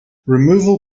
removal